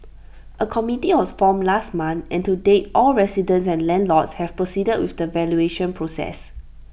A committee was formed last month and to date all residents and landlords have proceeded with the valuation process